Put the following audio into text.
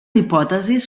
hipòtesis